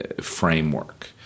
framework